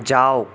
যাওক